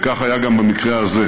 וכך היה גם במקרה הזה.